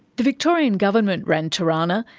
the victorian government ran turana,